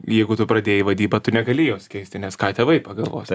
jeigu tu pradėjai vadybą tu negali jos keisti nes ką tėvai pagalvos